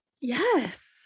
Yes